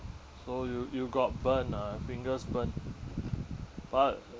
so you you got burnt ah fingers burnt but